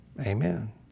amen